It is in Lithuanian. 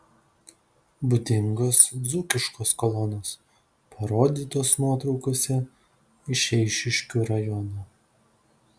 būdingos dzūkiškos kolonos parodytos nuotraukose iš eišiškių rajono